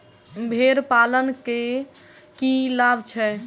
भेड़ पालन केँ की लाभ छै?